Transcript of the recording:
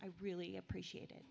i really appreciate it